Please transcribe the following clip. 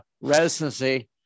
residency